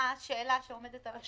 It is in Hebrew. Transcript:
מה השאלה שעומדת על הפרק?